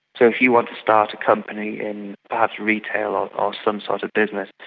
so if you want to start a company in perhaps retail or some sort of business,